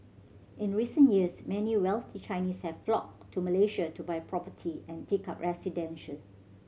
in recent years many wealthy Chinese have flocked to Malaysia to buy property and take up